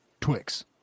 Twix